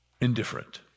indifferent